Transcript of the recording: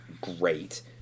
great